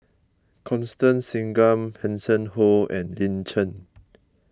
Constance Singam Hanson Ho and Lin Chen